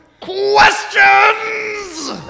questions